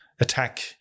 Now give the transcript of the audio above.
Attack